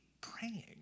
praying